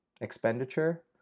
expenditure